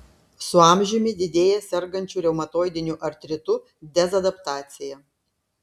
su amžiumi didėja sergančių reumatoidiniu artritu dezadaptacija